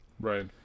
Right